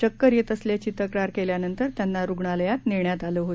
चक्कर येत असल्याची तक्रार केल्यानंतर त्यांना रुग्णालयात नेण्यात आलं आहे